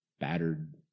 battered